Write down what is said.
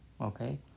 okay